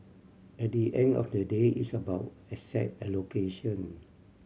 at the end of the day it's about asset allocation